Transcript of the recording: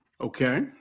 Okay